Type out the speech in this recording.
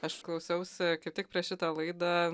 aš klausiausi kaip tik prieš šita laidą